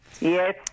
Yes